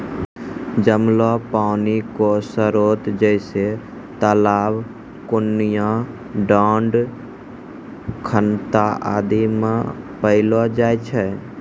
जमलो पानी क स्रोत जैसें तालाब, कुण्यां, डाँड़, खनता आदि म पैलो जाय छै